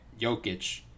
Jokic